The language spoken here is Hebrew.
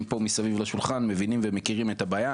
פה מסביב לשולחן מבינים ומכירים את הבעיה.